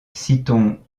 citons